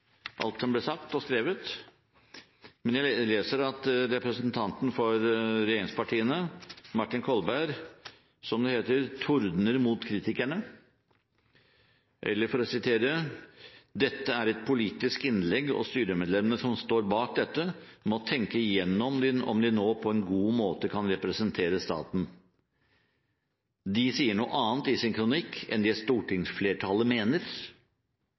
alt som ble sagt og skrevet, men jeg leser at representanten for regjeringspartiene, Martin Kolberg, «tordner» mot kritikerne, som det heter, eller for å sitere: «Dette er et politisk innlegg og styremedlemmene som står bak dette må nå tenke gjennom om de på en god måte kan representere staten. De sier noe annet i sin kronikk enn det stortingsflertallet